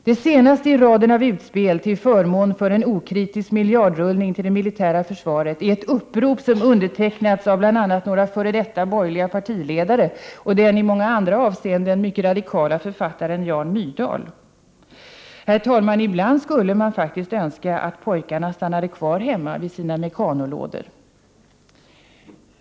Det senaste i raden av utspel till förmån för en okritisk miljardrullning till det militära försvaret är ett upprop som undertecknats av bl.a. några f.d. borgerliga partiledare och den i många andra avseenden mycket radikala författaren Jan Myrdal. Herr talman! Ibland skulle man faktiskt önska att pojkarna stannade kvar hemma vid sina mekanolådor!